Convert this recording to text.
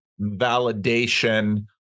validation